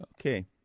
Okay